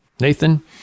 Nathan